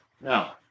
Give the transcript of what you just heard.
Now